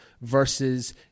versus